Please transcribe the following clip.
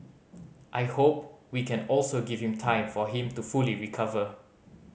I hope we can also give him time for him to fully recover